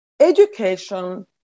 education